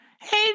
Hey